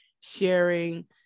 sharing